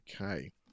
okay